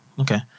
Okay